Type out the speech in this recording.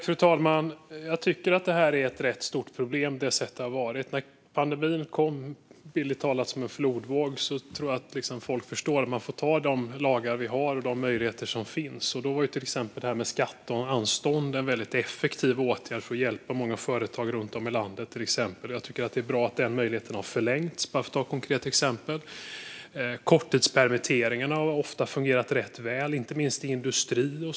Fru talman! Jag tycker att detta är ett rätt stort problem. Pandemin kom bildligt talat som en flodvåg, och jag tror att folk förstår att vi får ta de lagar vi har och de möjligheter som finns. Då var till exempel detta med skatt och anstånd en väldigt effektiv åtgärd för att hjälpa många företag runt om i landet. Jag tycker att det är bra att den möjligheten har förlängts. Korttidspermitteringarna har ofta fungerat rätt väl, inte minst i industrin.